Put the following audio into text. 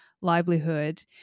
livelihood